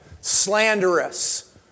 slanderous